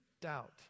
doubt